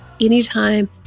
anytime